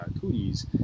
cooties